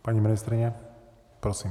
Paní ministryně, prosím.